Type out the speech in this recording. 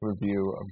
review